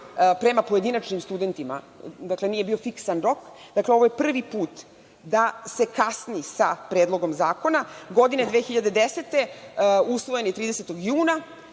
prema pojedinačnim studentima. Nije bio fiksni rok. Ovo je prvi put da se kasni sa Predlogom zakona. Godine 2010. usvojen je 30. juna,